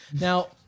Now